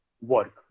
work